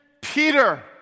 Peter